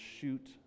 shoot